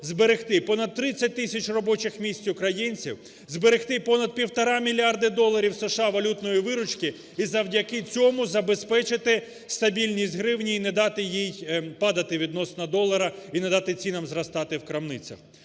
зберегти понад 30 тисяч робочих місць українцям, зберегти понад півтора мільярди доларів США валютної виручки і завдяки цьому забезпечити стабільність гривні, і не дати їй падати відносно долара, і не дати цінам зростати в крамницях.